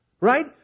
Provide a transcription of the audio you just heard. Right